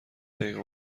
دقیقه